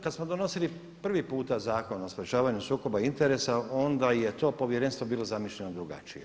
Kad smo donosili prvi puta Zakon o sprječavanju sukoba interesa onda je to Povjerenstvo bilo zamišljeno drugačije.